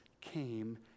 came